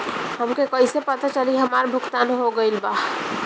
हमके कईसे पता चली हमार भुगतान हो गईल बा?